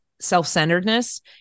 self-centeredness